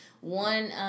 one